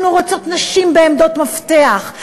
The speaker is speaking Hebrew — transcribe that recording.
אנחנו רוצות נשים בעמדות מפתח,